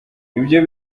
ibyo